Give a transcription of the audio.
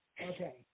Okay